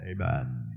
Amen